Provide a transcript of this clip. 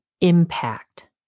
impact